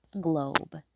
globe